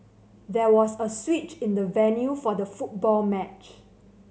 there was a switch in the venue for the football match